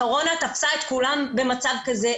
הקורונה תפסה את כולם במצב כזה,